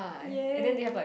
ya